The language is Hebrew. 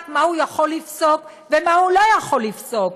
מה הוא יכול לפסוק ומה הוא לא יכול לפסוק?